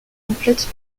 complètent